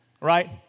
Right